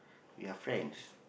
we're friends